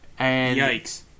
Yikes